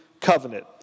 covenant